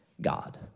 God